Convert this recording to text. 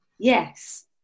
Yes